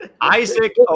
Isaac